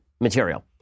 material